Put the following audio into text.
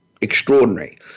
extraordinary